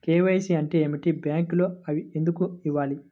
KYC అంటే ఏమిటి? బ్యాంకులో అవి ఎందుకు ఇవ్వాలి?